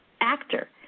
actor